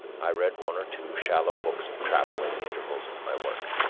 i read one or two shallow books of travel in the intervals of my work,